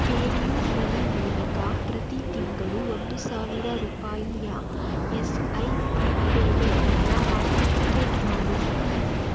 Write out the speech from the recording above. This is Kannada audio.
ಪೇಯುಮನಿ ಮೂಲಕ ಪ್ರತಿ ತಿಂಗಳು ಒಂದು ಸಾವಿರ ರೂಪಾಯಿಯ ಎಸ್ ಐ ಪಿ ಪೇಮೆಂಟನ್ನು ಆಂಥೆಟಿಕೇಟ್ ಮಾಡು ಪ್ಲೀಸ್